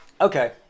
Okay